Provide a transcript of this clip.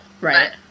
Right